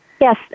Yes